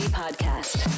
podcast